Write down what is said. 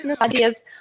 ideas